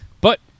but-